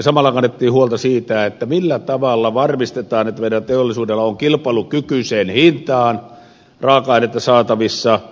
samalla kannettiin huolta siitä millä tavalla varmistetaan että meillä teollisuudella on kilpailukykyiseen hintaan raaka ainetta saatavissa